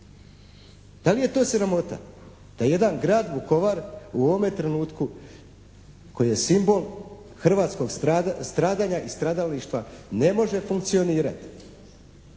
Da li je to sramota da jedan grad Vukovar u ovome trenutku koji je simbol hrvatskog stradanja i stradalništva ne može funkcionirati?